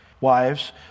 Wives